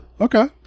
Okay